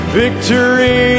victory